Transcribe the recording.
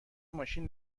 ماشین